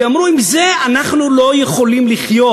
כי אמרו: עם זה אנחנו לא יכולים לחיות.